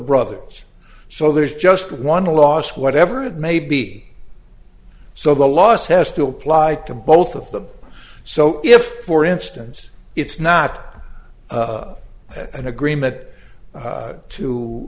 brothers so there's just one loss whatever it may be so the loss has to apply to both of them so if for instance it's not an agreement